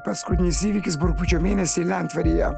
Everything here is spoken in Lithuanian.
paskutinis įvykis buvo rugpjūčio mėnesį lentvaryje